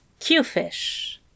Qfish